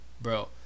bro